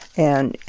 and,